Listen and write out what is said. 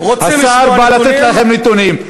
השר בא לתת לכם נתונים.